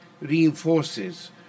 reinforces